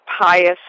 pious